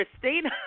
Christina